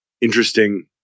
interesting